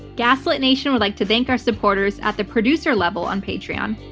gaslit nation would like to thank our supporters at the producer level on patreon.